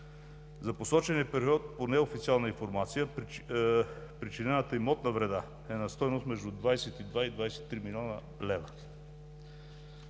За посочения период – по неофициална информация, причинената имотна вреда е на стойност между 22 и 23 млн. лв.